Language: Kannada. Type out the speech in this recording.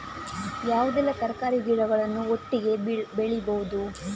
ಯಾವುದೆಲ್ಲ ತರಕಾರಿ ಗಿಡಗಳನ್ನು ಒಟ್ಟಿಗೆ ಬೆಳಿಬಹುದು?